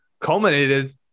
culminated